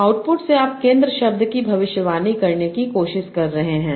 output से आप केंद्र शब्द की भविष्यवाणी करने की कोशिश कर रहे हैं